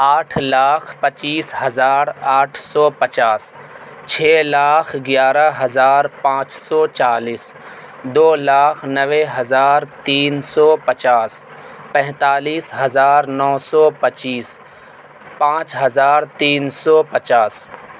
آٹھ لاکھ پچیس ہزار آٹھ سو پچاس چھ لاکھ گیارہ ہزار پانچ سو چالیس دو لاکھ نوے ہزار تین سو پچاس پینتالیس ہزار نو سو پچیس پانچ ہزار تین سو پچاس